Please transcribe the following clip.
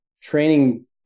training